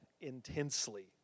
intensely